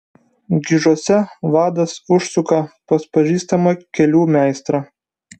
gižuose vadas užsuka pas pažįstamą kelių meistrą